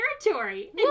territory